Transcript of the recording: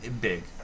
big